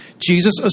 Jesus